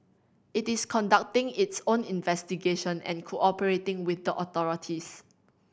it is conducting its own investigation and cooperating with the authorities